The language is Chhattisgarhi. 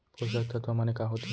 पोसक तत्व माने का होथे?